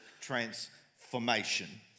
transformation